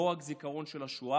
לא רק זיכרון של השואה,